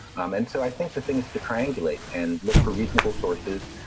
um and so i think the thing is to triangulate and look for reasonable sources.